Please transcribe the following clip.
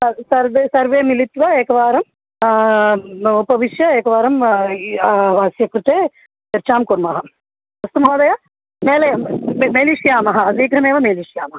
तद् सर्वे सर्वे मिलित्वा एकवारम् उपविश्य एकवारम् अस्य कृते चर्चां कुर्मः अस्तु महोदय मेलयामः मेलिष्यामः शीघ्रमेव मेलिष्यामः